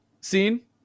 scene